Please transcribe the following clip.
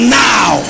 now